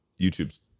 YouTube's